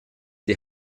die